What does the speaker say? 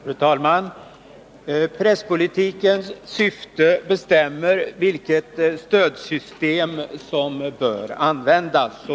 Fru talman! Presspolitikens syfte bestämmer vilket stödsystem som bör användas.